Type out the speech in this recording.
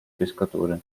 pescatore